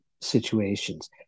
situations